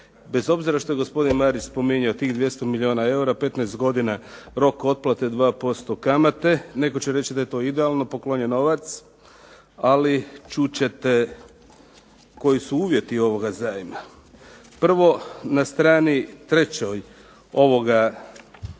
Bez obzira što je gospodin Marić spominjao tih 200 milijuna eura 15 godina rok otplate, 2% kamate. Netko će reći da je to idealno poklonjen novac, ali čut ćete koji su uvjeti ovoga zajma. Prvo na strani trećoj ovoga prijedloga